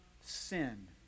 sin